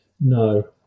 no